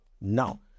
now